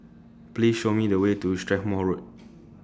Please Show Me The Way to Strathmore Road